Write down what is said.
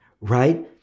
right